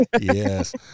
Yes